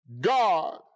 God